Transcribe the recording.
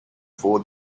for